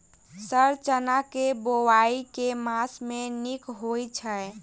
Sir चना केँ बोवाई केँ मास मे नीक होइ छैय?